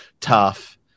tough